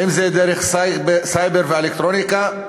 אם דרך סייבר ואלקטרוניקה,